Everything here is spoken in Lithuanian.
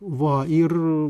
va ir